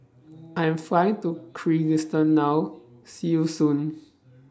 I Am Flying to Kyrgyzstan now See YOU Soon